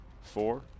four